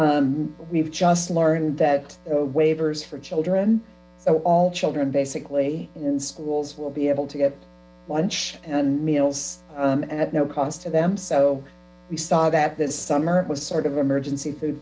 we've just learned that a waivers for children so all children basically in schools will be able to get lunch and meals at no cost to them so we saw that this summer was sort of emergency food